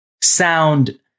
sound